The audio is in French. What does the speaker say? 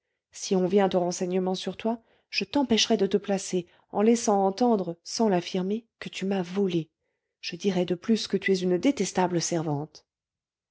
si on vient aux renseignements sur toi je t'empêcherai de te placer en laissant entendre sans l'affirmer que tu m'as volé je dirai de plus que tu es une détestable servante